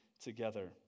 together